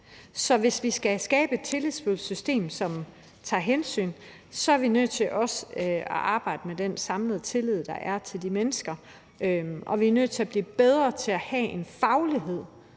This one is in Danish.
Så hvis vi skal skabe et tillidsfuldt system, som tager hensyn, så er vi nødt til også at arbejde med den samlede tillid, der er til de mennesker, og vi er nødt til at blive bedre til at have en faglighed